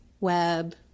web